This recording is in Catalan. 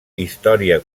història